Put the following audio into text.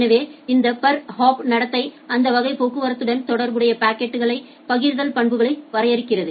எனவே இந்த பெர்ஹாப் நடத்தை அந்த வகை போக்குவரத்துடன் தொடர்புடைய பாக்கெட் பகிர்தல் பண்புகளை வரையறுக்கிறது